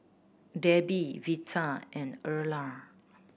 Debbie Veta and Erla